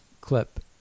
clip